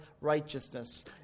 righteousness